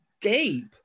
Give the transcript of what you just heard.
deep